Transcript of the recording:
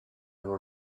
were